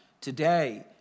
today